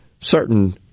certain